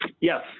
yes